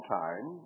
time